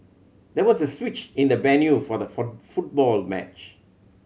there was a switch in the venue for the for football match